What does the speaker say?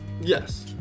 Yes